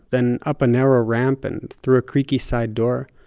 then up a narrow ramp, and through a creaky side door.